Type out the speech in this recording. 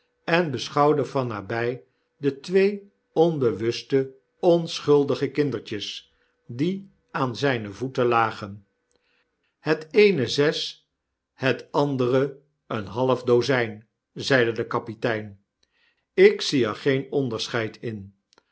en beschouwde van naby de twee onbewuste onschuldige kindertjes die aan zyne voeten lagen het eene zes het andere een half dozyn zeide de kapitein ik zie er geen onderscneid in